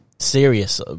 serious